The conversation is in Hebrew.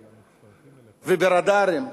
וברדארים,